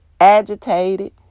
agitated